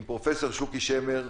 עם פרופסור שוקי שמר,